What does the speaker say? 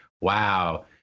Wow